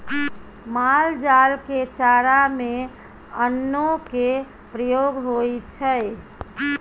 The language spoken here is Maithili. माल जाल के चारा में अन्नो के प्रयोग होइ छइ